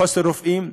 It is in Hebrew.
למחסור ברופאים.